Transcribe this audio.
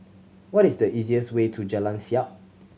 what is the easiest way to Jalan Siap